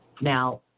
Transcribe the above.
Now